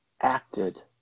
acted